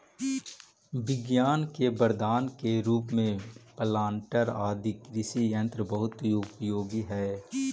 विज्ञान के वरदान के रूप में प्लांटर आदि कृषि यन्त्र बहुत उपयोगी हई